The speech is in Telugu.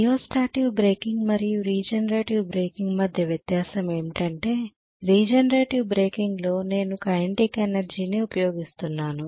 రియోస్టాటిక్ బ్రేకింగ్ మరియు రీజనరేటివ్ బ్రేకింగ్ మధ్య వ్యత్యాసం ఏమిటంటే రీజనరేటివ్ బ్రేకింగ్లో నేను కైనెటిక్ ఎనర్జీని ఉపయోగిస్తున్నాను